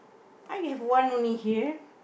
I have one only here